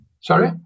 Sorry